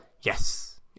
Yes